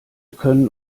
können